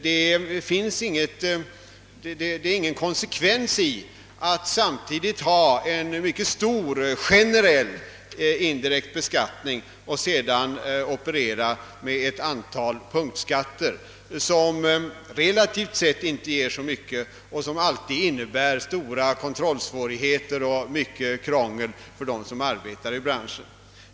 Då är det ingen konsekvens i att ha en mycket omfattande generell, indirekt beskattning och samtidigt operera med ett an tal punktskatter, som relativt sett inte ger så mycket men medför stora kontrollsvårigheter och mycket krångel för dem som arbetar i branschen.